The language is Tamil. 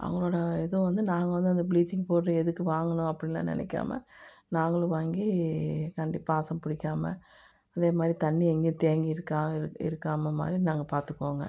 அவங்களோடய இதை வந்து நாங்கள் வந்து அந்த ப்ளீச்சிங் பவுடர் எதுக்கு வாங்கினோம் அப்படின்லாம் நினைக்காம நாங்களும் வாங்கி தண்ணி பாசம் பிடிக்காம அதே மாதிரி தண்ணி எங்கேயும் தேங்கி இருக்கா இருக்காமல் மாதிரி நாங்கள் பார்த்துக்குவாங்க